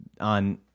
on